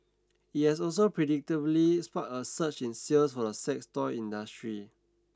it has also predictably sparked a surge in sales for the sex toy industry